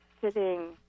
sitting